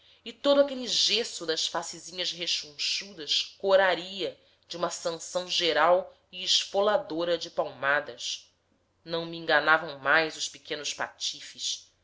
e todo aquele gesso das facezinhas rechonchudas coraria de uma sanção geral e esfoladora de palmadas não me enganavam mais os pequeninos patifes